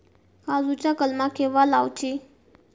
काजुची कलमा केव्हा लावची?